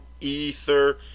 Ether